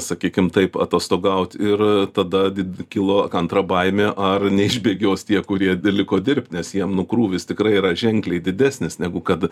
sakykim taip atostogaut ir tada di kilo antra baimė ar neišbėgios tie kurie liko dirbt nes jiem nu krūvis tikrai yra ženkliai didesnis negu kad